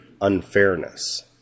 unfairness